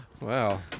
Wow